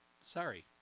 sorry